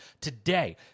today